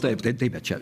taip taip taip bet čia